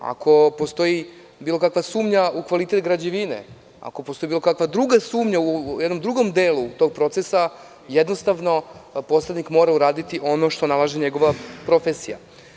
Ako postoji bilo kakva sumnja u kvalitet građevine, ako postoji bilo kakva druga sumnja u jednom drugom delu tog procesa, jednostavno, posrednik mora uraditi ono što nalaže njegova profesija.